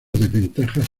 desventajas